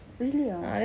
really ah